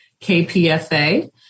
KPFA